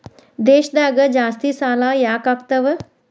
ದೇಶದಾಗ ಜಾಸ್ತಿಸಾಲಾ ಯಾಕಾಗ್ತಾವ?